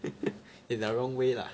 in the wrong way lah